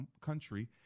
country